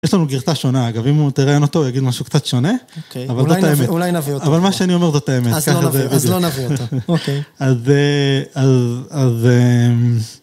יש לנו גרסה שונה, אגב, אם הוא, תראיין אותו, הוא יגיד משהו קצת שונה. אוקיי, אולי נביא אותו. אבל מה שאני אומר, זאת האמת. אז לא נביא אותו, אוקיי. אז...